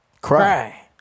Cry